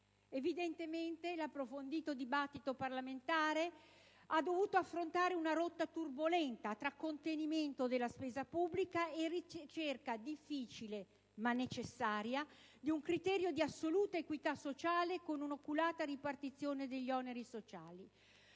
Evidentemente, l'approfondito dibattito parlamentare ha dovuto affrontare una rotta turbolenta tra contenimento della spesa pubblica e la ricerca difficile, ma necessaria, di un criterio di assoluta equità sociale, con una oculata ripartizione degli oneri sociali.